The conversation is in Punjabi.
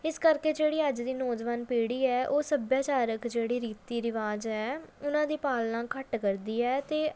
ਇਸ ਕਰਕੇ ਜਿਹੜੀ ਅੱਜ ਦੀ ਨੌਜਵਾਨ ਪੀੜ੍ਹੀ ਹੈ ਉਹ ਸੱਭਿਆਚਾਰਕ ਜਿਹੜੇ ਰੀਤੀ ਰਿਵਾਜ ਹੈ ਉਹਨਾਂ ਦੀ ਪਾਲਣਾ ਘੱਟ ਕਰਦੇ ਹੈ ਅਤੇ